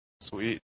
Sweet